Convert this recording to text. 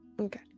Okay